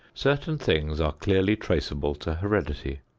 certain things are clearly traceable to heredity.